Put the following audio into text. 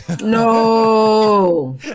No